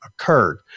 occurred